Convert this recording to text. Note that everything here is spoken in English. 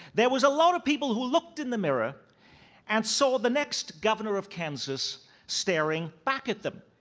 there was a lot of people who looked in the mirror and saw the next governor of kansas staring back at them.